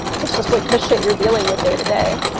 it's just like the shit you're dealing with day-to-day.